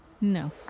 no